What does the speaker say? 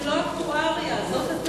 אדוני השר, זה לא אקטואריה, זאת הטעות.